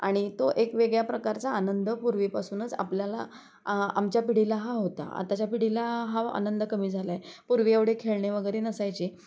आणि तो एक वेगळ्या प्रकारचा आनंद पूर्वीपासूनच आपल्याला आमच्या पिढीला हा होता आताच्या पिढीला हा आनंद कमी झालाय पूर्वी एवढे खेळणे वगैरे नसायचे